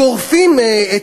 גורפים,